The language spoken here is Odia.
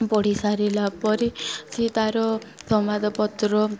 ପଢ଼ି ସାରିଲା ପରେ ସେ ତାର ସମାଦପତ୍ର